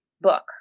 book